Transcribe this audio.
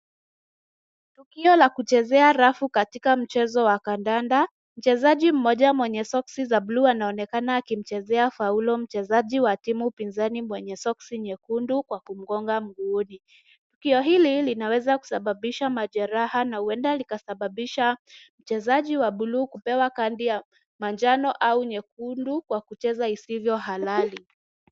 Tukio la kuchezea rafu katika mchezo wa kandanda, mchezaji mmoja mwenye soksi za buluu anaonekana akimchezea faulo mchezaji wa timu pinzani mwenye soksi nyekundu kwa kumgonga mguuni. Tukio hili linaweza kusababisha majeraha na huenda likasababisha mchezaji wa buluu kupewa kadi ya manjano au nyekundu kwa kucheza isivyo halali.